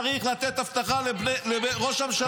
השב"כ צריך לתת אבטחה לראש הממשלה ולבני ביתו.